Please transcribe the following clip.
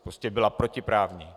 Prostě byla protiprávní.